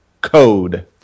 code